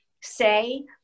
Say